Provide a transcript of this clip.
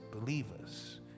believers